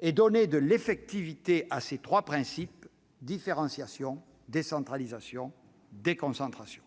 et donner de l'effectivité à ces trois principes : différenciation, décentralisation, déconcentration.